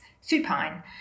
supine